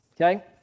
okay